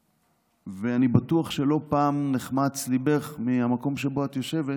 ואני בטוח שלא פעם נחמץ ליבך מהמקום שבו את יושבת